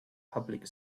public